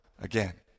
again